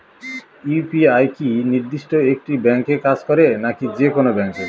UPI কি নির্দিষ্ট একটি ব্যাংকে কাজ করে নাকি যে কোনো ব্যাংকে?